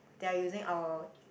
they are using our